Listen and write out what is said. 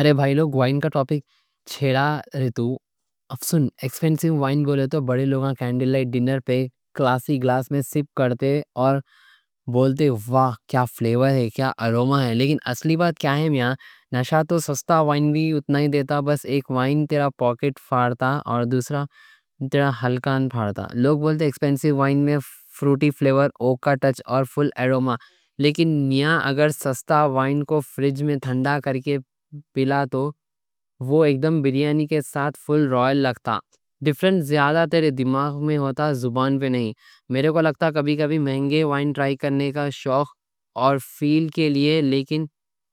ارے بھائی لوگ وائن کا ٹوپک چھیڑا رہتو۔ اب سن ایکسپینسی وائن گولے تو بڑے لوگاں کینڈل لائٹ ڈنر پہ کلاسی گلاس میں سپ کرتے۔ اور بولتے واہ کیا فلیور ہے کیا ارومہ ہے۔ لیکن اصلی بات کیا ہے میاں نشا تو سستا وائن بھی اتنا ہی دیتا، بس ایک وائن تیرا پاکٹ پھاڑتا اور دوسرا تیرا حلقاں پھاڑتا۔ لوگ بولتے ایکسپینسی وائن میں فروٹی فلیور اوک کا ٹچ اور فل ارومہ۔ لیکن میاں اگر سستا وائن کو فریج میں تھنڈا کر کے پلا تو وہ اگدم بریانی کے ساتھ فل رائل لگتا۔ ڈیفرنٹ زیادہ تیرے دماغ میں ہوتا، زبان پہ نہیں۔ میرے کو لگتا کبھی کبھی مہنگے وائن ٹرائی کرنے کا شوق اور فیل کے لیے۔ لیکن